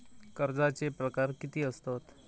कर्जाचे प्रकार कीती असतत?